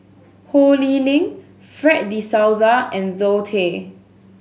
Ho Lee Ling Fred De Souza and Zoe Tay